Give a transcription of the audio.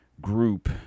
group